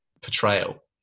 portrayal